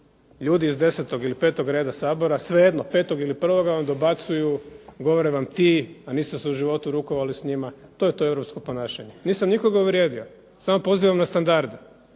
Ljudi iz desetog ili petog reda, svejedno petoga ili prvoga, vam dobacuju, govore vam ti, a niste se u životu rukovali s njima. To je to europsko ponašanje. Nisam nikoga uvrijedio, samo pozivam na standarde,